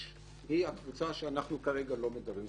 היא הקבוצה שאנחנו לא מדברים עליה כרגע.